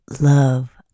love